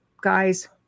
guys